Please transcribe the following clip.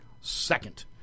second